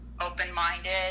open-minded